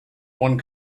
one